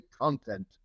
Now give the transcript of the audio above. content